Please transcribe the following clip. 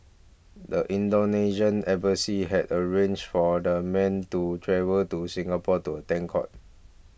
the Indonesian embassy had arranged for the men to travel to Singapore to attend court